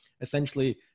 essentially